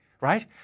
right